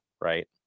right